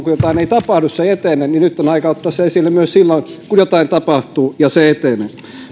kun jotain ei tapahdu se ei etene niin nyt on aika ottaa se esille myös silloin kun jotain tapahtuu ja se etenee